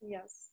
Yes